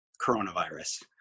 coronavirus